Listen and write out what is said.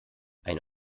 ein